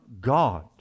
God